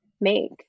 make